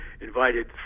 invited